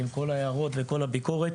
עם כל ההערות ועם כל הביקורת,